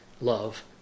love